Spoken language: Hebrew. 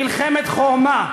מלחמת חורמה.